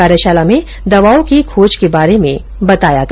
कार्यशाला में दवाओं की खोज के बारे में बताया गया